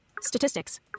Statistics